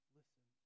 listen